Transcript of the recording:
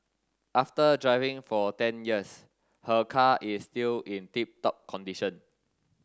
after driving for ten years her car is still in tip top condition